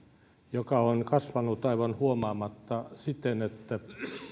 joka on kasvanut aivan huomaamatta siten että